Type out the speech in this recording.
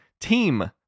team